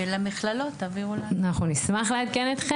ואני רוצה להגיד.